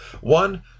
one